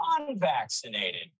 unvaccinated